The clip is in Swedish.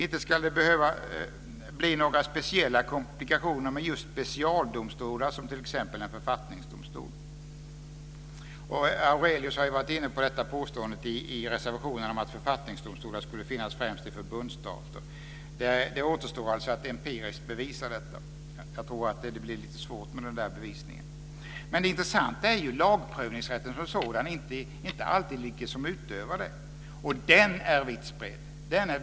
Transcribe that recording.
Det ska inte behöva bli några speciella komplikationer med just specialdomstolar, som t.ex. en författningsdomstol. Aurelius har ju varit inne på påståendet i reservationen om att författningsdomstolar skulle finnas främst i förbundsstater. Det återstår alltså att empiriskt bevisa detta. Jag tror att det blir lite svårt med den bevisningen. Det intressanta är ju lagprövningsrätten som sådan och inte alltid vilka som utövar den, och den är vitt spridd.